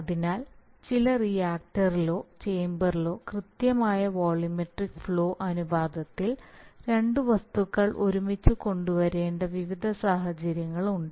അതിനാൽ ചില റിയാക്ടറിലോ ചേമ്പറിലോ കൃത്യമായ വോള്യൂമെട്രിക് ഫ്ലോ അനുപാതത്തിൽ രണ്ട് വസ്തുക്കൾ ഒരുമിച്ച് കൊണ്ടുവരേണ്ട വിവിധ സാഹചര്യങ്ങളുണ്ട്